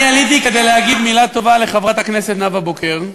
אני עליתי כדי להגיד מילה טובה לחברת הכנסת נאוה בוקר.